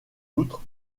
outre